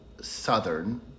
southern